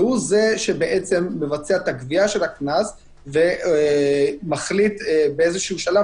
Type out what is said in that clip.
שהוא זה שמבצע את הגבייה של הקנס ומחליט באיזה שלב,